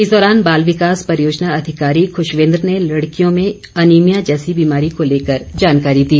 इस दौरान बाल विकास परियोजना अधिकारी खुशवेन्द्र ने लड़कियों में अनीभिया जैसी बीमारी को लेकर जानकारी दी